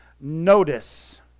notice